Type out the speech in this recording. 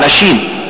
האנשים,